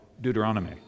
Deuteronomy